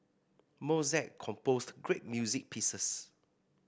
Mozart composed great music pieces